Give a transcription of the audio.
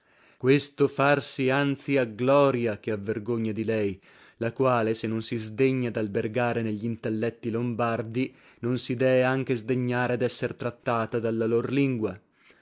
questo farsi anzi a gloria che a vergogna di lei la quale se non si sdegna dalbergare neglintelletti lombardi non si dee anche sdegnare desser trattata dalla lor lingua